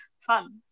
fun